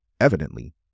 evidently